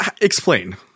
explain